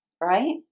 right